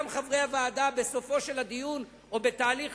גם חברי הוועדה בסופו של הדיון או בתהליך